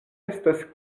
estas